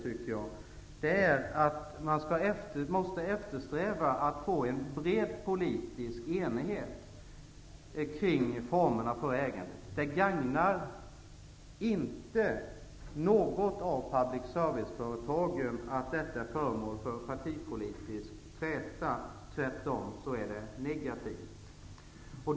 Den handlar om att vi måste eftersträva att få en bred politisk enighet kring formerna för ägandet. Det gagnar inte något av public service-företagen att detta är föremål för partipolitisk träta. Det är tvärtom negativt.